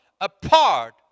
apart